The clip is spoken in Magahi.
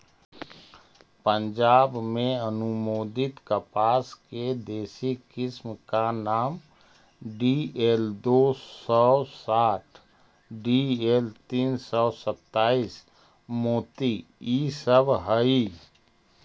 पंजाब में अनुमोदित कपास के देशी किस्म का नाम डी.एल दो सौ साठ डी.एल तीन सौ सत्ताईस, मोती इ सब हई